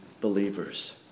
believers